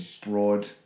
broad